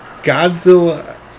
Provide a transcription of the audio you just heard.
Godzilla